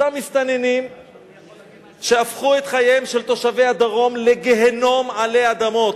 אותם מסתננים שהפכו את חייהם של תושבי הדרום לגיהינום עלי אדמות,